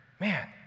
man